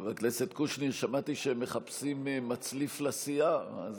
חבר הכנסת קושניר, שמעתי שמחפשים מצליף לסיעה.